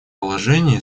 положения